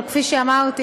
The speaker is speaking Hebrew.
אבל כפי שאמרתי,